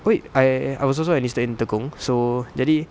wait I I was also enlisted in tekong so jadi